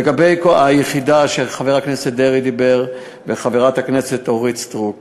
לגבי היחידה שחבר הכנסת דרעי וחברת הכנסת אורית סטרוק